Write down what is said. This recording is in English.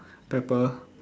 pepper